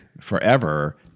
forever